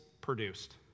produced